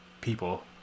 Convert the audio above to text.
people